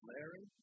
Larry